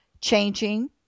changing